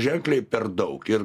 ženkliai per daug ir